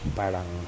parang